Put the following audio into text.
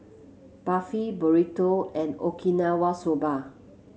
Barfi Burrito and Okinawa Soba